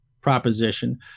proposition